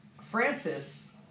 Francis